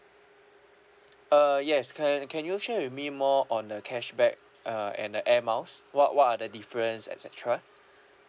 uh yes can can you share with me more on the cashback uh and the air miles what what are the difference et cetera